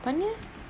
pioneer